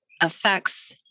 affects